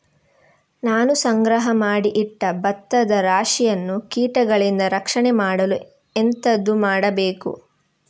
ನಾನು ಸಂಗ್ರಹ ಮಾಡಿ ಇಟ್ಟ ಭತ್ತದ ರಾಶಿಯನ್ನು ಕೀಟಗಳಿಂದ ರಕ್ಷಣೆ ಮಾಡಲು ಎಂತದು ಮಾಡಬೇಕು?